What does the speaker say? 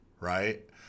Right